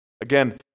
Again